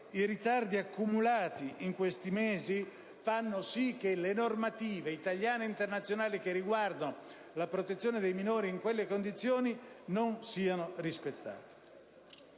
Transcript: I ritardi accumulati negli ultimi mesi fanno sì che le normative italiane ed internazionali sulla protezione dei minori in quelle condizioni non siano rispettate.